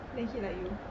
then he like you